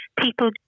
people